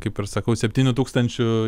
kaip ir sakau septynių tūkstančių